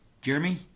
Jeremy